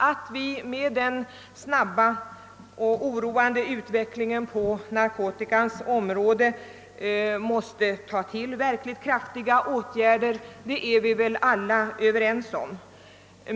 Att vi med den snabba och oroande utvecklingen på narkotikans område måste ta till verkligt kraftiga åtgärder är vi väl alla överens om.